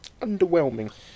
underwhelming